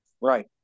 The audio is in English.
Right